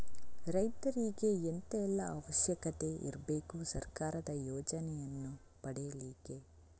ರೈತರಿಗೆ ಎಂತ ಎಲ್ಲಾ ಅವಶ್ಯಕತೆ ಇರ್ಬೇಕು ಸರ್ಕಾರದ ಯೋಜನೆಯನ್ನು ಪಡೆಲಿಕ್ಕೆ?